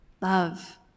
love